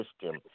system